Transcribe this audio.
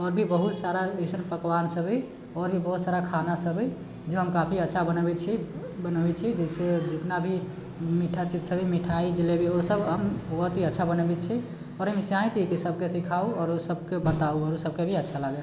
आओर भी बहुत सारा अइसन पकवान सब है आओर भी बहुत सारा खाना सब है जो हम काफी अच्छा बनबै छी बनबै छी जइसे जितना भी मीठा चीज सब है मिठाइ जिलेबी ओसब हम बहुत ही अच्छा बनबै छी आओर एहिमे चाहै छी की सबके सिखाउ आओर सबके बताउ आओर सबके भी अच्छा लागए